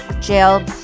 jail